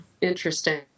interesting